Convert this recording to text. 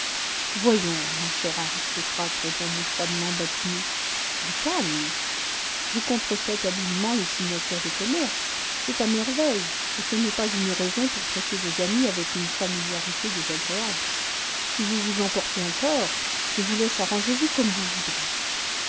voyons mon cher aristocrate répondit froidement badinot du calme vous contrefaites habilement les signatures de commerce c'est à merveille mais ce n'est pas une raison pour traiter vos amis avec une familiarité désagréable si vous vous emportez encore je vous laisse arrangez-vous comme vous voudrez